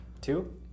Two